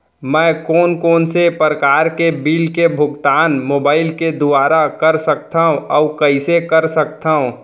मैं कोन कोन से प्रकार के बिल के भुगतान मोबाईल के दुवारा कर सकथव अऊ कइसे कर सकथव?